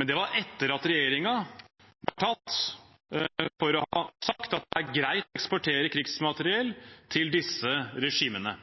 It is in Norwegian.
men det var etter at regjeringen var tatt for å ha sagt at det er greit å eksportere krigsmateriell til disse regimene.